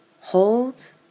hold